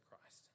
Christ